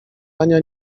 ania